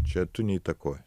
čia tu neįtakoji